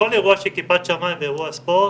בכל אירוע של כיפת שמיים ואירוע ספורט,